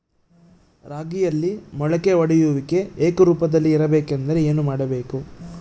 ರಾಗಿಯಲ್ಲಿ ಮೊಳಕೆ ಒಡೆಯುವಿಕೆ ಏಕರೂಪದಲ್ಲಿ ಇರಬೇಕೆಂದರೆ ಏನು ಮಾಡಬೇಕು?